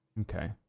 Okay